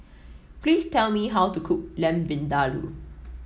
please tell me how to cook Lamb Vindaloo